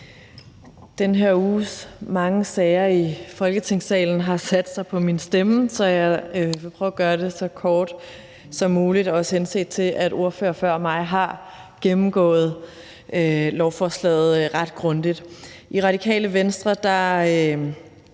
Den her uges mange sager i Folketingssalen har sat sig på min stemme, så jeg vil prøve at gøre det så kort som muligt, også henset til at ordførere før mig har gennemgået lovforslaget ret grundigt. I Radikale Venstre